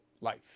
life